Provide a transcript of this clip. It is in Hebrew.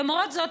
למרות זאת,